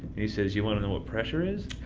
and he says, you want to know what pressure is?